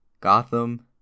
Gotham